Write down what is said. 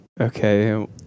okay